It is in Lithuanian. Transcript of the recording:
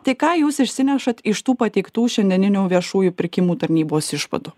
tai ką jūs išsinešat iš tų pateiktų šiandieninių viešųjų pirkimų tarnybos išvadų